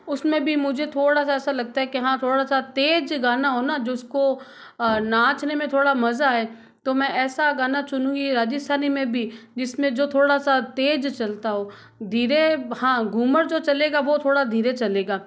उसमें भी मुझे थोड़ा सा ऐसा लगता है कि हाँ थोड़ा सा तेज गाना होना जिसको नाचने में थोड़ा मज़ा आए तो मैं ऐसा गाना चुनूँगी राजस्थानी में भी जिसमें जो थोड़ा सा तेज चलता हो धीरे हाँ घूमर जो चलेगा थोड़ा धीरे चलेगा